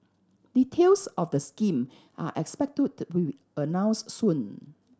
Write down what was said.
details of the scheme are expected to the announced soon